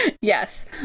yes